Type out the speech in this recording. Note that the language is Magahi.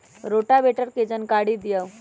रोटावेटर के जानकारी दिआउ?